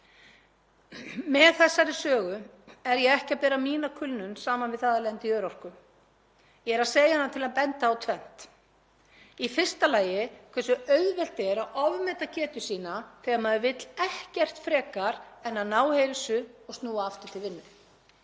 Með þessari sögu er ég ekki að bera mína kulnun saman við það að lenda í örorku. Ég er að segja hana til að benda á tvennt. Í fyrsta lagi hversu auðvelt er að ofmeta getu sína þegar maður vill ekkert frekar en að ná heilsu og snúa aftur til vinnu.